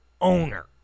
owner